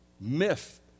myth